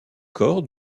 corps